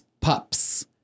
pups